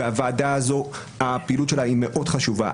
והפעילות של הוועדה הזאת מאוד חשובה,